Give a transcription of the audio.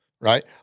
right